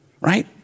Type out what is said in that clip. right